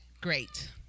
great